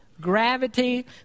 Gravity